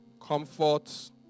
Comfort